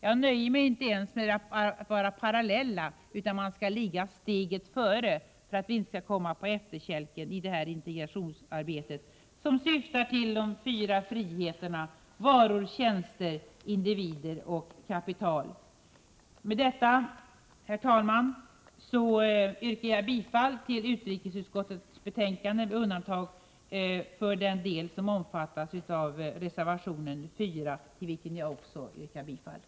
Jag nöjer mig alltså inte med att de skall ligga parallellt, de skall ligga steget före, för att vi inte skall komma på efterkälken i det integrationsarbete som syftar till förverkligande av de fyra friheterna varor, tjänster, individer och kapital. Med detta, herr talman, yrkar jag bifall till utrikesutskottets hemställan, med undantag för den del som omfattas av reservation 4, till vilken jag också yrkar bifall.